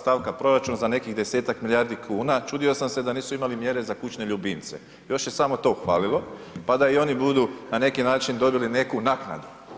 stavka proračuna za nekih 10-ak milijardi kuna, čudio sam se da nisu imali mjere za kućne ljubimce, još je samo to falilo pa da i oni budu na neki način dobili neku naknadu.